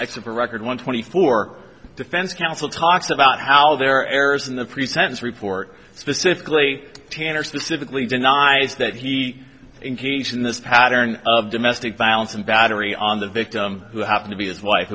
the record one twenty four defense counsel talks about how there are errors in the pre sentence report specifically tanner specifically denies that he engaged in this pattern of domestic violence and battery on the victim who happen to be his wife